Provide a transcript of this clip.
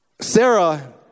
Sarah